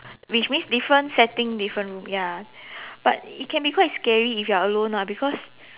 which means different setting different room ya but it can be quite scary if you are alone ah because